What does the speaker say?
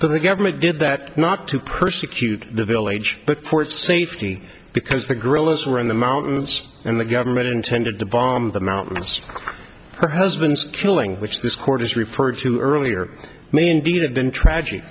but the government did that not to persecute the village but port safety because the guerrillas were in the mountains and the government intended to bomb the mountains her husband's killing which this court has referred to earlier may indeed have been tragic